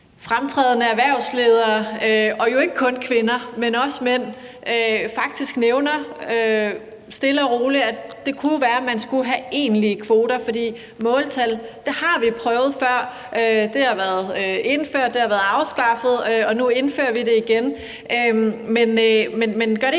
fremtrædende erhvervsledere – og jo ikke kun kvinder, men også mænd – faktisk stille og roligt nævner, at det kunne være, at man skulle have egentlige kvoter, for vi har prøvet måltal før – det har været indført, det har været afskaffet, og nu indfører vi det igen.